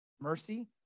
mercy